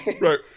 Right